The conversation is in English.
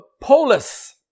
polis